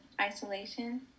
isolation